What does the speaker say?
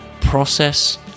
Process